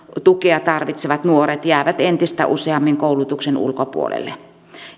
tukea tarvitsevat nuoret jäävät entistä useammin koulutuksen ulkopuolelle